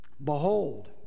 Behold